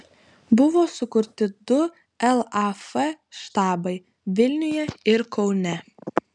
buvo sukurti du laf štabai vilniuje ir kaune